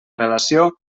relació